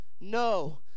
no